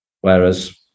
Whereas